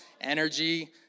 energy